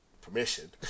permission